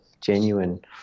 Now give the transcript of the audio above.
genuine